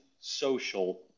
social